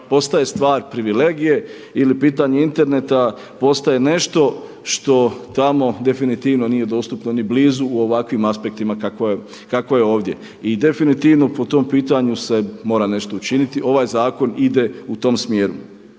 postaje stvar privilegije ili pitanje interneta postaje nešto što tamo definitivno nije dostupno ni blizu u ovakvim aspektima kako je ovdje. I definitivno po tom pitanju se mora nešto učiniti. Ovaj zakon ide u tom smjeru.